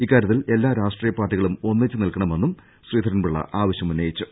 ഇക്കാര്യത്തിൽ എല്ലാ രാഷ്ട്രീയ പാർട്ടികളും ഒന്നിച്ച് നിൽക്കണമെന്നും ശ്രീധ രൻപിള്ള ആവശ്യമുന്നയിച്ചു